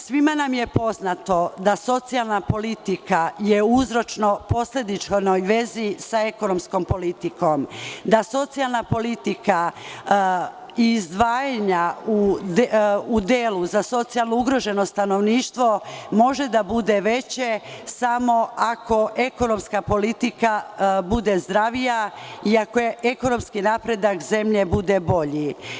Svima nam je poznato da je socijalna politika u uzročno-posledičnoj vezi sa ekonomskom politikom, da izdvajanja u delu za socijalno ugroženo stanovništvo mogu da budu veća samo ako ekonomska politika bude zdravija i ako ekonomski napredak zemlje bude bolji.